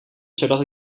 zodat